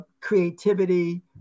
creativity